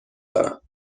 دارم